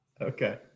Okay